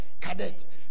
Cadet